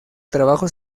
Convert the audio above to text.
trabajo